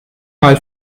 mal